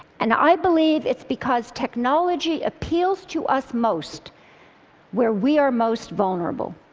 and i believe it's because technology appeals to us most where we are most vulnerable.